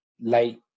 late